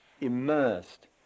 immersed